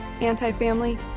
anti-family